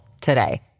today